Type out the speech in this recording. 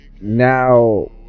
now